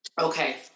Okay